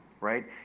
right